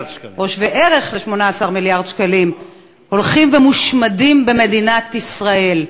מזון שווה ערך ל-18 מיליארד שקלים הולך ומושמד במדינת ישראל.